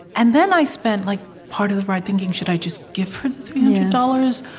and then i spent like part of the ride, thinking, should i just give her the three hundred dollars?